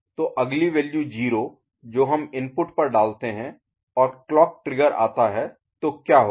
तो अगली वैल्यू 0 जो हम इनपुट पर डालते हैं और क्लॉक ट्रिगर आता है तो क्या होगा